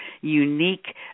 unique